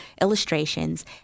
illustrations